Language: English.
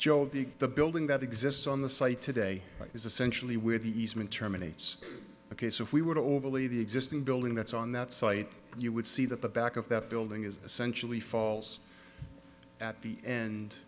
joe the the building that exists on the site today is essentially where the easement terminates ok so if we were to overly the existing building that's on that site you would see that the back of that building is essentially falls at the and